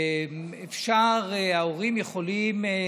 ההורים יכולים,